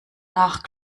nach